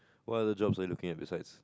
what other jobs are you looking at besides